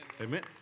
Amen